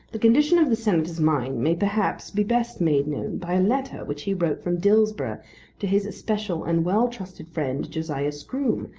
the condition of the senator's mind may perhaps be best made known by a letter which he wrote from dillsborough to his especial and well-trusted friend josiah scroome,